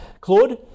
Claude